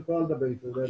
את יכולה לדבר איתו.